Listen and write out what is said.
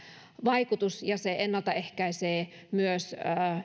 vaikutus ja se ennaltaehkäisee myös